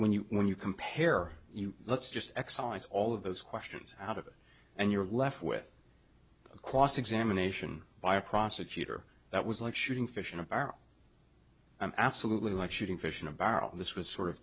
when you when you compare you let's just excise all of those questions out of it and you're left with a quasi examination by a prosecutor that was like shooting fish in a barrel absolutely like shooting fish in a barrel this was sort of